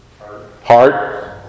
heart